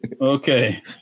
Okay